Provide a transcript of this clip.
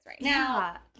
now